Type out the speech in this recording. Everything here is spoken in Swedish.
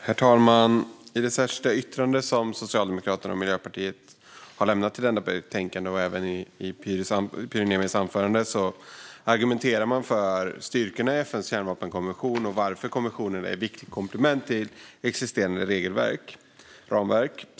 Herr talman! I det särskilda yttrande som Socialdemokraterna och Miljöpartiet har lämnat i betänkandet och även i Pyry Niemis anförande argumenteras för styrkorna i FN:s kärnvapenkonvention och varför konventionen är ett viktigt komplement till existerande regelverk och ramverk.